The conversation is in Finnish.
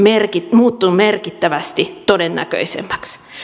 muuttunut merkittävästi todennäköisemmäksi